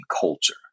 culture